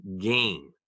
gain